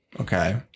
okay